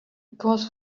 because